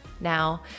now